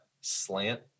slant